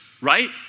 Right